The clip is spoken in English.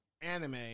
anime